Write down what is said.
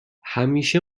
همیشه